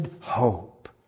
hope